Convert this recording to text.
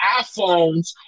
iPhones